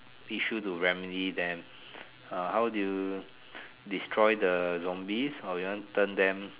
issue to remedy them err how do you destroy the zombies or you want turn them